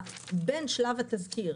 בין שלב התזכיר